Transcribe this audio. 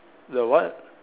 the what